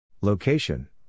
Location